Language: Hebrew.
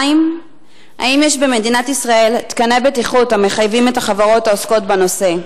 2. האם יש במדינת ישראל תקני בטיחות המחייבים את החברות העוסקות בנושא,